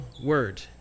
word